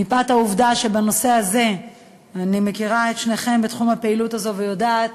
מפאת העובדה שבנושא הזה אני מכירה את שניכם בתחום הפעילות הזה ויודעת